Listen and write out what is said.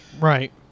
right